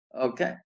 Okay